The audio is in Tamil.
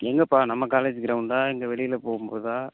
எங்கேப்பா நம்ம காலேஜ் கிரௌண்ட்டா எங்கே வெளியில் போகும் போதா